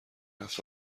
رفت